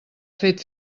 fet